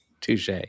Touche